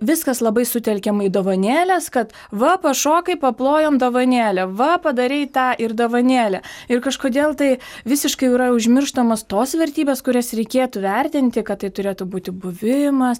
viskas labai sutelkiama į dovanėles kad va pašokai paplojom dovanėlė va padarei tą ir dovanėlė ir kažkodėl tai visiškai jau yra užmirštamos tos vertybės kurias reikėtų vertinti kad tai turėtų būti buvimas